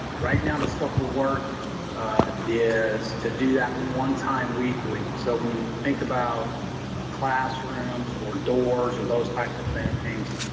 right now, the scope of work is to do that one time weekly. so when you think about classrooms or doors or those types of things,